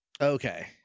Okay